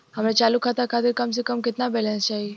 हमरे चालू खाता खातिर कम से कम केतना बैलैंस चाही?